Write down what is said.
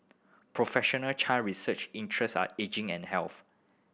professional Chan research interest are ageing and health